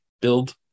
build